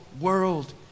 world